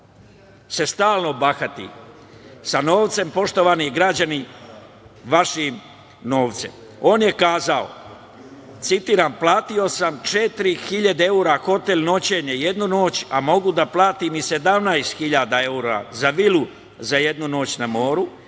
se stalno bahati sa novcem, poštovani građani, vašim novcem. On je kazao, citiram – platio sam četiri hiljade evra hotel noćenje, jednu noć, a mogu da platim i 17 hiljada evra za jednu vilu za jednu noć na moru